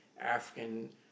African